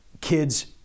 kids